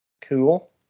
Cool